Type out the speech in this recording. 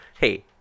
Hey